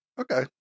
Okay